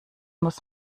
muss